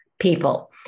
people